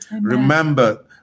Remember